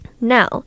now